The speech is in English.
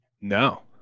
No